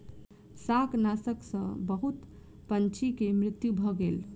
शाकनाशक सॅ बहुत पंछी के मृत्यु भ गेल